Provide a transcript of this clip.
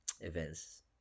events